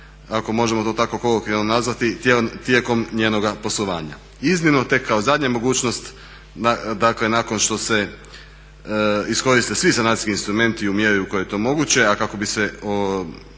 ako možemo to tako kolokvijalno nazvati tijekom njenoga poslovanja. Iznimno tek kao zadnja mogućnost dakle nakon što se iskoriste svi sanacijski instrumenti u mjeri u kojoj je to moguće a kako bi se